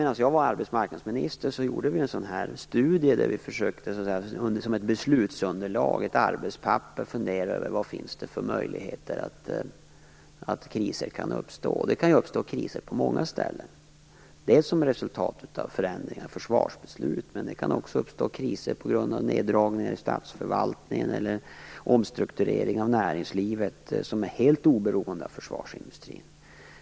När jag var arbetsmarknadsminister gjorde vi en studie, ett arbetspapper att ha som beslutsunderlag, över vilka möjligheter det finns att kriser uppstår. Kriser kan uppstå på många ställen, t.ex. som resultat av förändringar i försvarsbeslut. Men de kan också bero på neddragningar i statsförvaltningen eller omstrukturering av näringslivet som är helt oberoende av försvarsindustrin.